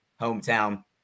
hometown